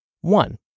One